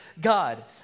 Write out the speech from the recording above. God